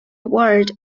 award